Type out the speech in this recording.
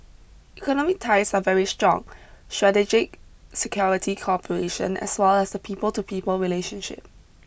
economic ties are very strong strategic security cooperation as well as the people to people relationship